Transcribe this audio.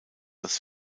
das